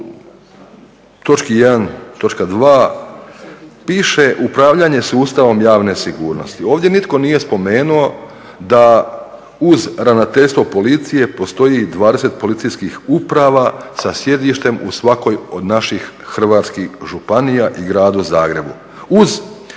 točki 1., točka 2.piše upravljanje sustavom javne sigurnosti. Ovdje nitko nije spomenuo da uz ravnateljstvo policije postoji 20 policijskih uprava sa sjedištem u svakoj od naših hrvatskih županija i Gradu Zagrebu